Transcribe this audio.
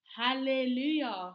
Hallelujah